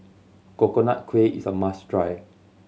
Coconut Kuih is a must try